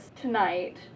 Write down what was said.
tonight